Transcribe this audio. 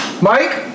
Mike